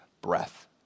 breath